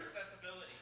Accessibility